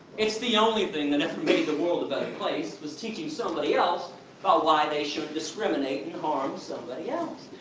it's the only thing that ever made the world a better place, was teaching somebody else about why they shouldn't discriminate or harm somebody else.